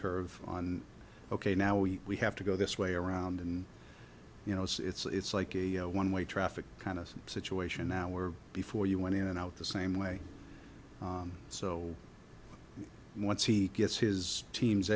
curve on ok now we have to go this way around and you know it's like a one way traffic kind of situation now where before you went in and out the same way so once he gets his teams